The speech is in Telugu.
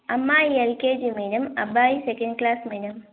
అమ్మాయి ఎల్కేజీ మేడం అబ్బాయి సెకండ్ క్లాస్ మేడం